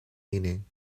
meaning